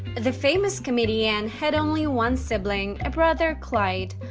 the famous comedienne had only one sibling, a brother clyde.